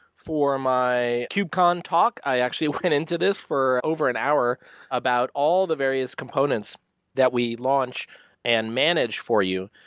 for my cube-con talk, i actually went into this for over an hour about all the various components that we launch and manage for you.